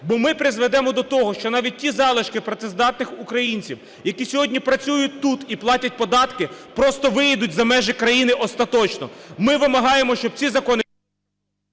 Бо ми призведемо до того, що навіть ті залишки працездатних українців, які сьогодні працюють тут і платять податки, просто виїдуть за межі країни остаточно. Ми вимагаємо, щоб ці закони…